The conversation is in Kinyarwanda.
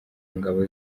ngabo